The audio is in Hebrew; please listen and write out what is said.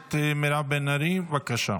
הכנסת מירב בן ארי, בבקשה.